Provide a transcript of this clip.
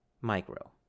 micro